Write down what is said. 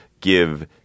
give